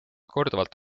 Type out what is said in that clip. korduvalt